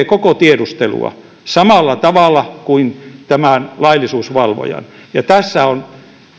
koko tiedustelua samalla tavalla kuin tämän laillisuusvalvojan ja tässä on